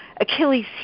Achilles